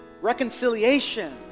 reconciliation